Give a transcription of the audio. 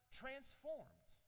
transformed